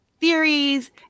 theories